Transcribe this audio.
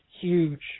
huge